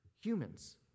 humans